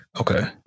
Okay